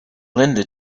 linda